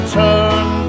turn